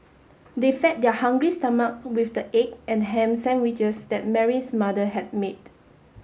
they fed their hungry stomach with the egg and ham sandwiches that Mary's mother had made